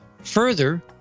Further